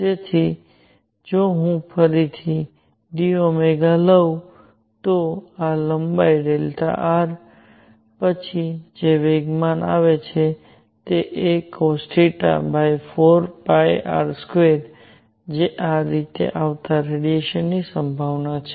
તેથી જો હું ફરીથી dΩ લઉં આ લંબાઈ r પછી જે વેગમાન આવે છે તે acosθ4 r2 જે આ રીતે આવતા રેડિયેશનની સંભાવના છે